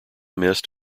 mist